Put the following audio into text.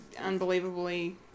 unbelievably